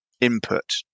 input